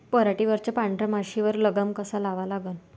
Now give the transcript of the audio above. पराटीवरच्या पांढऱ्या माशीवर लगाम कसा लावा लागन?